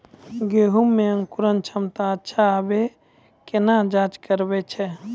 गेहूँ मे अंकुरन क्षमता अच्छा आबे केना जाँच करैय छै?